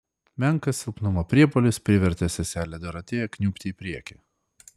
menkas silpnumo priepuolis privertė seselę dorotėją kniubti į priekį